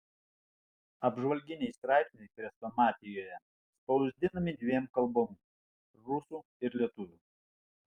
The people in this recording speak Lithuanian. apžvalginiai straipsniai chrestomatijoje spausdinami dviem kalbom rusų ir lietuvių